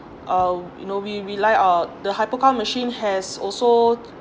uh you know we rely on the hypocount machine has also